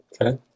Okay